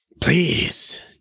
Please